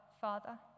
Father